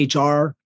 HR